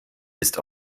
ist